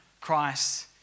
Christ